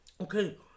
Okay